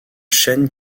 chaîne